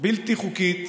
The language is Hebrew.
בלתי חוקית